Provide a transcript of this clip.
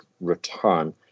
return